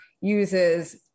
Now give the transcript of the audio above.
uses